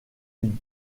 une